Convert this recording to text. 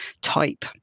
type